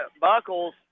Buckles